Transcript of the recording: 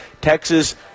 Texas